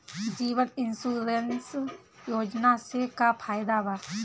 जीवन insurance योजना से का फायदा बा?